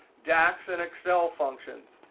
dax, and excel functions.